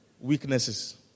Weaknesses